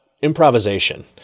improvisation